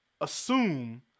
assume